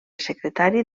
secretari